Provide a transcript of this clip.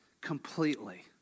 completely